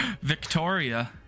Victoria